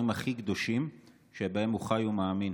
הכי קדושים שלפיהם הוא חי ובהם הוא מאמין.